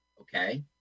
okay